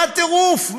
מה הטירוף?